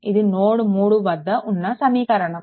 ఇది నోడ్ 3 వద్ద ఉన్న సమీకరణం